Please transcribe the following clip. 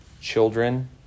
Children